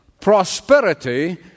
prosperity